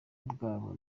bwabo